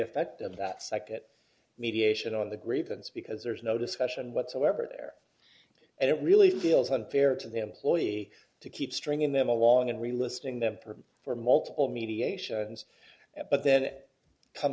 effect of that sikat mediation on the grievance because there's no discussion whatsoever there and it really feels unfair to the employee to keep stringing them along and relisting them through for multiple mediations but then it come